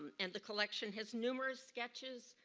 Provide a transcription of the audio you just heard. and and the collection has numerous sketches,